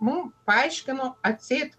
mum paaiškino atseit